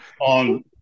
on